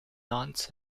nantes